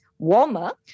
warmer